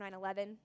9-11